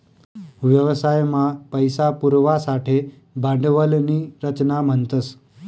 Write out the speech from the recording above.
व्यवसाय मा पैसा पुरवासाठे भांडवल नी रचना म्हणतस